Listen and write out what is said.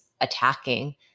attacking